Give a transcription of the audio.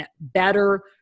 better